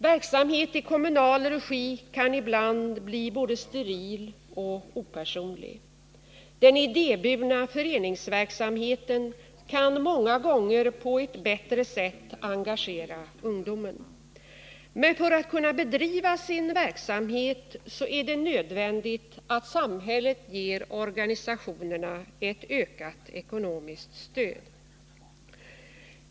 Verksamhet i kommunal regi kan ibland bli både steril och opersonlig. Den idéburna föreningsverksamheten kan många gånger på ett bättre sätt engagera ungdomen. Men för att organisationerna skall kunna bedriva sin verksamhet är det nödvändigt att samhället ger dem ett ökat ekonomiskt stöd.